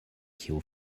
kiu